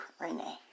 Renee